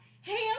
hands